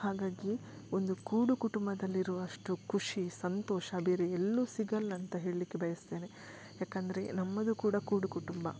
ಹಾಗಾಗಿ ಒಂದು ಕೂಡು ಕುಟುಂಬದಲ್ಲಿರುವಷ್ಟು ಖುಷಿ ಸಂತೋಷ ಬೇರೆ ಎಲ್ಲು ಸಿಗಲ್ಲ ಅಂತ ಹೇಳಲಿಕ್ಕೆ ಬಯಸ್ತೇನೆ ಯಾಕೆಂದ್ರೆ ನಮ್ಮದು ಕೂಡ ಕೂಡು ಕುಟುಂಬ